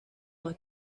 más